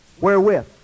wherewith